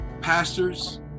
Pastors